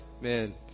Man